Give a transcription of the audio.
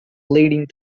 leading